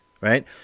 Right